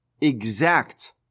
exact